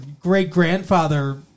great-grandfather